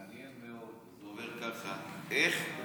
מעניין מאוד וזה עובר ככה, איך הוא